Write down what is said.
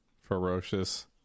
Ferocious